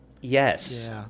Yes